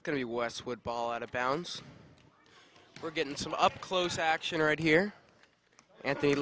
it's going to westwood ball out of bounds we're getting some up close action right here at the